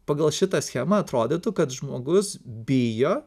pagal šitą schemą atrodytų kad žmogus bijo